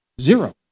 Zero